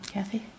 Kathy